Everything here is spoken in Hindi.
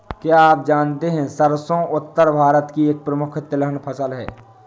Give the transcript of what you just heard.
क्या आप जानते है सरसों उत्तर भारत की एक प्रमुख तिलहन फसल है?